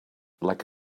like